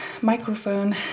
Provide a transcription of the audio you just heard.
microphone